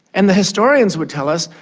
and the historians would tell us,